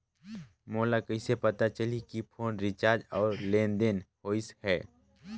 मोला कइसे पता चलही की फोन रिचार्ज और लेनदेन होइस हे?